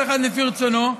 כל אחד לפי רצונו: